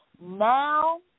now